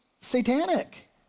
satanic